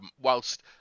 whilst